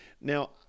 Now